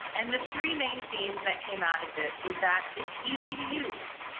and the three main themes that came out of this was that it's easy to use,